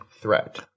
threat